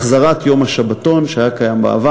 החזרת יום השבתון שהיה קיים בעבר,